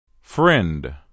Friend